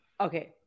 okay